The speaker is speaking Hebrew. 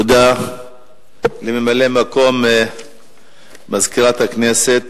תודה לממלא-מקום מזכירת הכנסת.